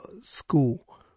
school